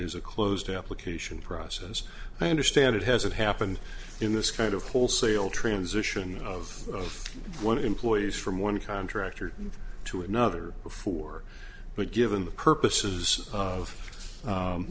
is a closed implication process i understand it hasn't happened in this kind of wholesale transition of one employees from one contractor to another before but given the purposes of